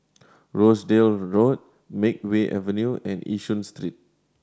Rochdale Road Makeway Avenue and Yishun Street